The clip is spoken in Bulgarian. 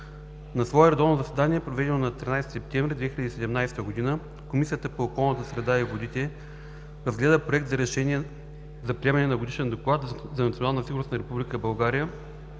На свое редовно заседание, проведено на 13 септември 2017 г., Комисията по околната среда и водите разгледа Проект за решение за приемане на Годишен доклад за национална